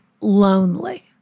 lonely